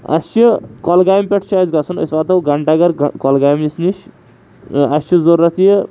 اَسہِ چھِ کۄلگامہِ پٮ۪ٹھ چھِ اَسہِ گژھُن أسۍ واتو گَھنٹہ گر کۄلگامِس نِش اَسہِ چھِ ضروٗرت یہِ